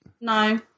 No